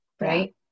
right